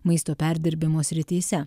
maisto perdirbimo srityse